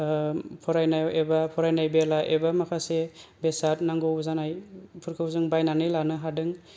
फरायनाय एबा फरायनाय बेला एबा माखासे बेसाद नांगौ जानाय बेफोरखौ जों बायनानै लानो हादों